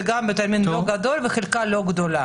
זה בית עלמין לא גדול עם חלקה אזרחית לא גדולה.